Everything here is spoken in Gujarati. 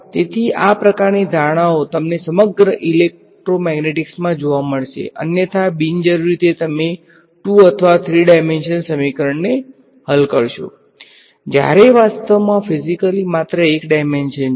તેથી આ પ્રકારની ધારણાઓ તમને સમગ્ર ઈલેક્ટ્રોમેગ્નેટિક્સમાં જોવા મળશે અન્યથા બિનજરૂરી રીતે તમે 2 અથવા 3 ડાઈમેંશન સમીકરણને હલ કરશો જ્યારે વાસ્તવમાં ફીઝીકલી માત્ર 1 ડાઈમેંશન છે